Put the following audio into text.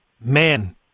man